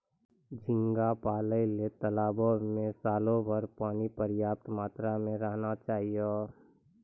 झींगा पालय ल तालाबो में सालोभर पानी पर्याप्त मात्रा में रहना चाहियो